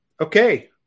Okay